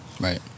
right